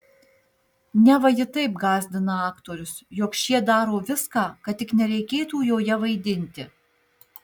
neva ji taip gąsdina aktorius jog šie daro viską kad tik nereikėtų joje vaidinti